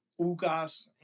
Ugas